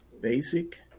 basic